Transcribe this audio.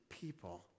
people